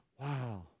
Wow